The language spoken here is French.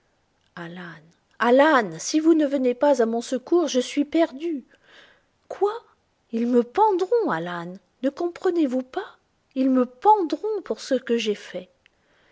alan si vous ne venez pas à mon secours je suis perdu quoi mais ils me pendront alan ne comprenez-vous pas ils me pendront pour ce que j'ai fait